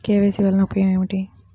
KYC వలన ఉపయోగం ఏమిటీ?